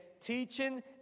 teaching